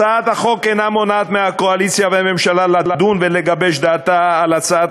הצעת החוק אינה מונעת מהקואליציה ומהממשלה לדון ולגבש דעה על כל